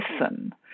listen